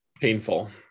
painful